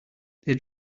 they